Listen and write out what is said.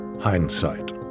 Hindsight